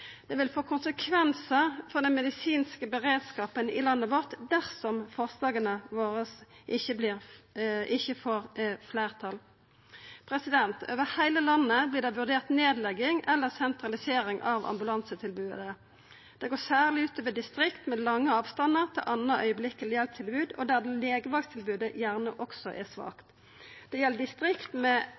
det. Det vil få konsekvensar for den medisinske beredskapen i landet vårt dersom forslaga våre ikkje får fleirtal. Over heile landet vert det vurdert nedlegging eller sentralisering av ambulansetilbodet. Det går særleg ut over distrikt med lange avstandar til anna strakshjelptilbod, og der legevakttilbodet gjerne også er svakt. Det gjeld distrikt med